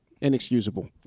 inexcusable